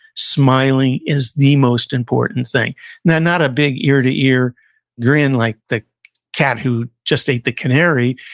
smiling is the most important thing now, not a big ear to ear grin like the cat who just ate the canary,